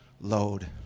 load